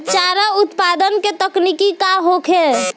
चारा उत्पादन के तकनीक का होखे?